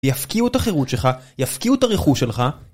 יפקיעו את החירות שלך, יפקיעו את הרכוש שלך